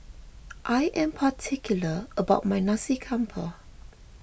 I am particular about my Nasi Campur